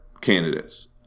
candidates